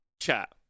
chat